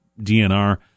DNR